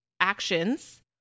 actions